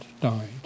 died